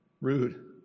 Rude